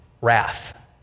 wrath